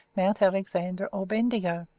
mount alexander, or bendigo.